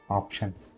options